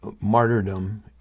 martyrdom